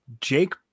Jake